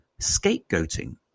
scapegoating